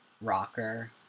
rocker